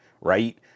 right